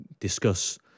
discuss